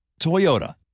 Toyota